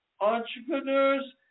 entrepreneurs